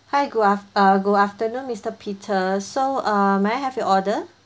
hi good aft~ uh good afternoon mister peter so err may I have your order